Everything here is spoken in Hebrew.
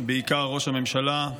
בעיקר ראש הממשלה,